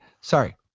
sorry